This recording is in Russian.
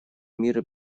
мира